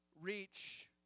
reach